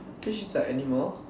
fish is like animal